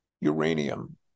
uranium